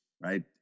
right